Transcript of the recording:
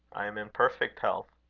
i am in perfect health.